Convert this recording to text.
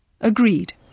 Agreed